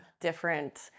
different